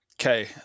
Okay